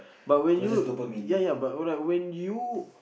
but when you ya ya but I when you